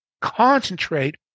concentrate